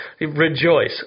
Rejoice